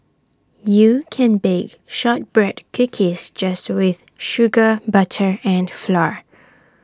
you can bake Shortbread Cookies just with sugar butter and flour